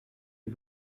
est